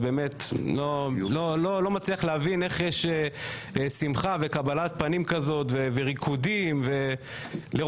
אני באמת לא מצליח להבין איך יש שמחה וקבלת פנים כזאת וריקודים לרוצח,